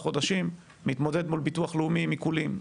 חודשים מתמודד מול ביטוח לאומי עם עיקולים.